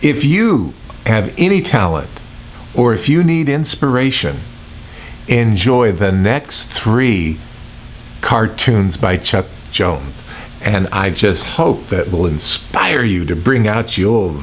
if you have any talent or if you need inspiration enjoy the next three cartoons by chuck jones and i just hope that will inspire you to bring out your